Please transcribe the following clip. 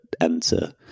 enter